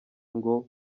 ngo